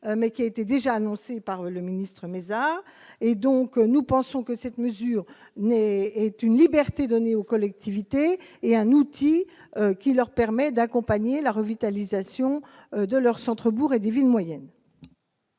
mais qui a été déjà annoncée par le ministre, mais ça, et donc nous pensons que cette mesure n'est est une liberté donnée aux collectivités est un outil qui leur permet d'accompagner la revitalisation de leurs centres bourgs et des villes moyennes.